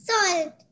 Salt